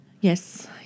Yes